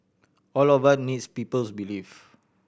all of us needs people's belief